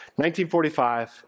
1945